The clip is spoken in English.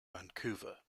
vancouver